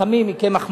לחמים מקמח מלא,